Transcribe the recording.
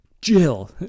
Jill